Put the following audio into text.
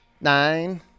nine